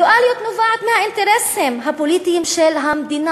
הדואליות נובעת מהאינטרסים הפוליטיים של המדינה.